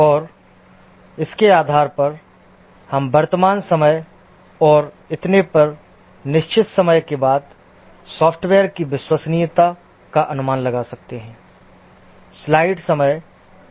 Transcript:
और इसके आधार पर हम वर्तमान समय और इतने पर निश्चित समय के बाद सॉफ्टवेयर की विश्वसनीयता का अनुमान लगा सकते हैं